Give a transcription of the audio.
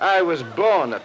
i was born